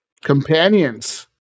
Companions